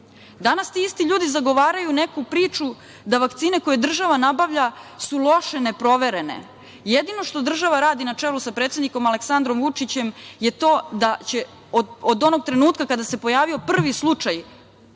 ti isti ljudi zagovaraju neku priču da vakcine koje država nabavlja su loše, neproverene. Jedino što država radi na čelu sa predsednikom Aleksandrom Vučićem je to da će od onog trenutka kada se pojavio prvi slučaj